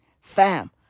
fam